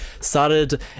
started